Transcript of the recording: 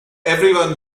everyone